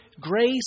grace